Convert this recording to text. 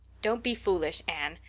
don't be foolish, anne.